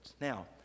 Now